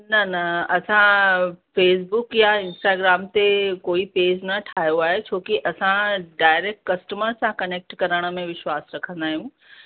न न असां फेसबुक या इंस्टाग्राम ते कोई पेज न ठाहियो आहे छोकी असां डायरेक्ट कस्टमर सां कनेक्ट करण में विश्वास रखंदा आहियूं